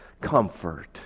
comfort